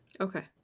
okay